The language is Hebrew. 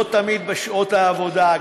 לא תמיד בשעות העבודה,